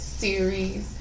series